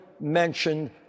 mentioned